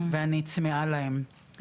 ואני צמאה להם,